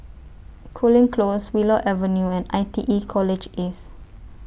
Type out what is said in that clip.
Cooling Close Willow Avenue and I T E College East